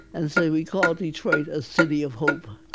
and so we called detroit a city of hope